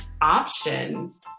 options